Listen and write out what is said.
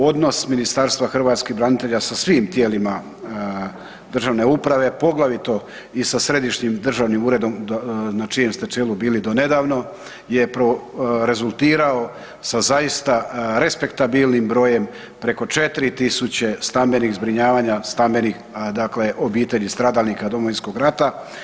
Odnos Ministarstva hrvatskih branitelja sa svim tijelima državne uprave, poglavito i sa Središnjim državnim uredom na čijem čelu ste bili donedavno je rezultirao sa zaista respektabilnim brojem preko 4.000 stambenih zbrinjavanja, stambenih dakle obitelji stradalnika Domovinskog rata.